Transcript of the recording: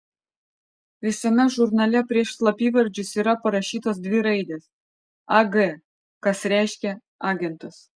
visame žurnale prieš slapyvardžius yra parašytos dvi raidės ag kas reiškia agentas